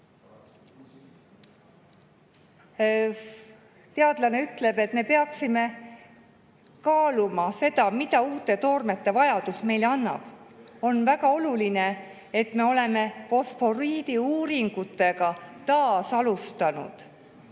Teadlane ütleb, et me peaksime kaaluma seda, mida uute toormete vajadus meile annab. "On väga oluline, et me oleme fosforiidiuuringutega taas alustanud.